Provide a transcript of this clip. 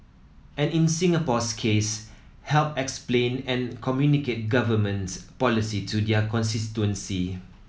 and in Singapore's case help explain and communicate Government policy to their constituency